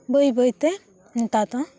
ᱵᱟᱹᱭ ᱵᱟᱹᱭᱛᱮ ᱱᱮᱛᱟᱨ ᱫᱚ